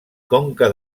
conca